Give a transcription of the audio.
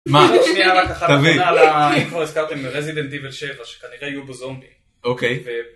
מה? -שנייה, רק אחת. -תביא. -אם כבר הזכרתם מ-Resident Evil 7, שכנראה יהיו בו זומבים. -אוקיי.